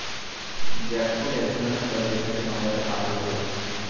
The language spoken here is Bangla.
জ্যাকফ্রুট এক ধরনের ফল যেটাকে বাংলাতে কাঁঠাল বলে